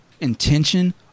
intention